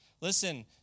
Listen